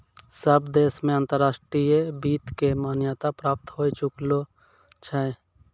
सब देश मे अंतर्राष्ट्रीय वित्त के मान्यता प्राप्त होए चुकलो छै